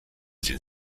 sind